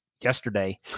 yesterday